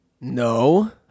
No